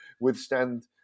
withstand